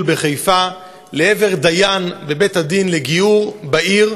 בחיפה לעבר דיין בבית-הדין לגיור בעיר,